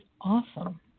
awesome